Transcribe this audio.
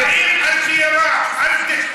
על האנושיות.